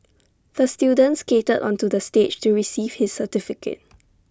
the student skated onto the stage to receive his certificate